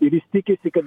ir jis tikisi kad